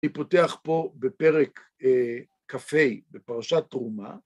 ‫אני פותח פה בפרק כ"ה בפרשת תרומה.